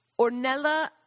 Ornella